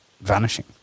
vanishing